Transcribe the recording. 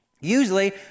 usually